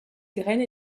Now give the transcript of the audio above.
graines